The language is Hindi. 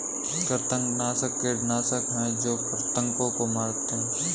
कृंतकनाशक कीटनाशक हैं जो कृन्तकों को मारते हैं